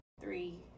three